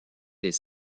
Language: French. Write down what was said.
les